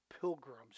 pilgrims